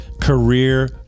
career